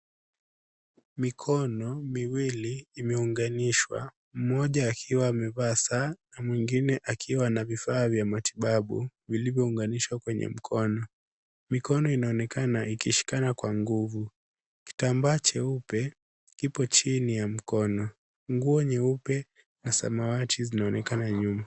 Mikono miwili imeunganishwa, mmoja akiwa amevaa saa na mwingine akiwa na vifaa vya matibabu vilivyounganishwa kwenye mkono. Mikono inaonekana ikishikana kwa nguvu. Kitambaa cheupe kipo chini ya mkono. Nguo nyeupe na samawati zinaonekana nyuma.